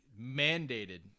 mandated